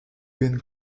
gun